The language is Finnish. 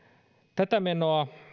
tätä menoa